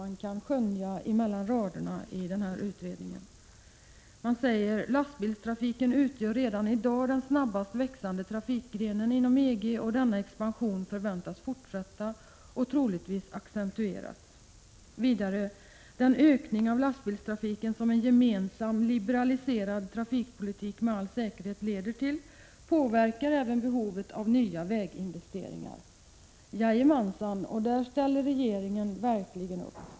Man kan bl.a. läsa följande: ”Lastbilstrafiken utgör redan idag den snabbast växande trafikgrenen inom EG och denna expansion förväntas fortsätta och troligtvis accentueras.” Vidare står det: ”Den ökning av lastbilstrafiken som en gemensam liberaliserad trafikpolitik med all säkerhet leder till påverkar även behovet av nya väginvesteringar.” Här ställer verkligen regeringen upp.